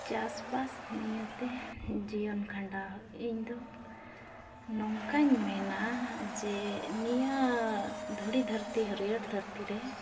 ᱪᱟᱥᱵᱟᱥ ᱱᱤᱭᱮᱛᱮ ᱡᱤᱭᱚᱱ ᱠᱷᱟᱸᱰᱟᱣ ᱤᱧ ᱫᱚ ᱱᱚᱝᱠᱟᱧ ᱢᱮᱱᱟ ᱡᱮ ᱱᱤᱭᱟᱹ ᱫᱷᱩᱲᱤᱼᱫᱷᱟᱹᱨᱛᱤ ᱦᱟᱹᱨᱭᱟᱹᱲ ᱫᱷᱟᱹᱨᱛᱤ ᱨᱮ